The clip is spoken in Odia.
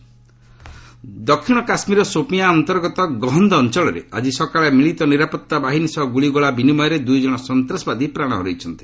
ଜେକେ କିଲ୍ଡ୍ ଦକ୍ଷିଣ କାଶ୍କୀରର ସୋପିୟାଁ ଅନ୍ତର୍ଗତ ଗହନ୍ଦ ଅଞ୍ଚଳରେ ଆଜି ସକାଳେ ମିଳିତ ନିରାପତ୍ତା ବାହିନୀ ସହ ଗୁଳିଗୋଳା ବିନିମୟରେ ଦୁଇ ଜଣ ସନ୍ତାସବାଦୀ ପ୍ରାଣ ହରାଇଛନ୍ତି